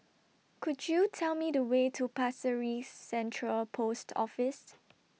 Could YOU Tell Me The Way to Pasir Ris Central Post Office